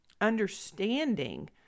understanding